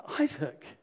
Isaac